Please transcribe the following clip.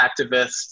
activists